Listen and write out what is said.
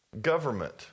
Government